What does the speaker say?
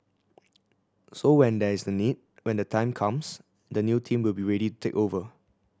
so when there is the need when the time comes the new team will be ready to take over